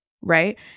Right